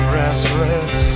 restless